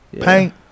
Paint